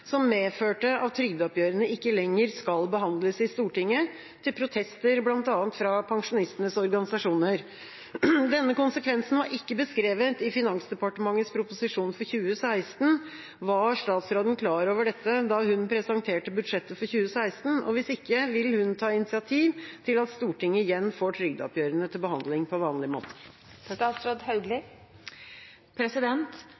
som medførte at trygdeoppgjørene ikke lenger skal behandles i Stortinget, til protester blant annet fra pensjonistenes organisasjoner. Denne konsekvensen var ikke beskrevet i Finansdepartementets proposisjon for 2016. Var statsråden klar over dette da hun presenterte budsjettet for 2016, og hvis ikke, vil hun ta initiativ til at Stortinget igjen får trygdeoppgjørene til behandling på vanlig måte?»